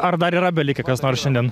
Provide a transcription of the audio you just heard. ar dar yra belikę kas nors šiandien